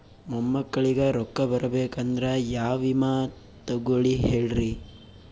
ಮೊಮ್ಮಕ್ಕಳಿಗ ರೊಕ್ಕ ಬರಬೇಕಂದ್ರ ಯಾ ವಿಮಾ ತೊಗೊಳಿ ಹೇಳ್ರಿ?